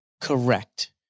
correct